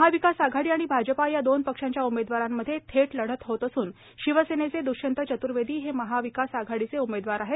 महाविकास आघाडी आणि भाजपा या दोन पक्षांच्या उमेदवारांमध्ये थेट लढत होत असून शिवसेनेचे द्ष्यंत चतुर्वेदी हे महाविकास आघाडीचे उमेदवार आहे